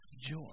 joy